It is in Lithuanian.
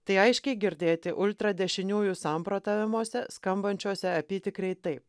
tai aiškiai girdėti ultradešiniųjų samprotavimuose skambančiuose apytikriai taip